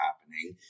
happening